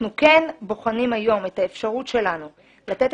אנחנו כן בוחנים היום את האפשרות שלנו לתת